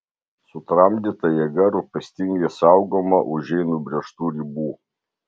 sutramdyta jėga rūpestingai saugoma už jai nubrėžtų ribų